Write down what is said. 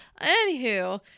Anywho